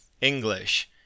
English